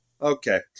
Okay